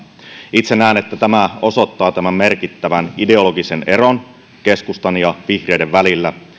itse näen että tämä osoittaa tämän merkittävän ideologisen eron keskustan ja vihreiden välillä